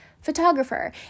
photographer